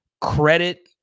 Credit